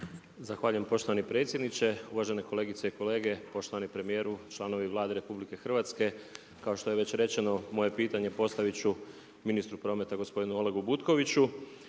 Zahvaljujem poštovani predsjedniče, uvažene kolegice i kolege, poštovani premijeru, članovi Vlade RH. Kao što je već rečeno moje pitanje postavit ću ministru prometa gospodinu Olegu Butkoviću.